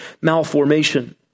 malformation